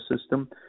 system